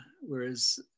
whereas